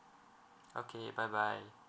okay bye bye